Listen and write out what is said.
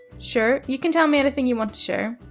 sure, you can tell me anything you want to share.